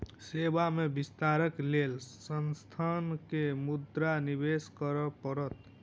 सेवा में विस्तारक लेल संस्थान के मुद्रा निवेश करअ पड़ल